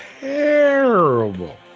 terrible